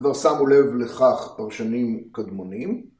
כבר שמו לב לכך פרשנים קדמונים.